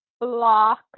block